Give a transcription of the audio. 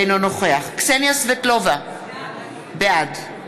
אינו נוכח קסניה סבטלובה, בעד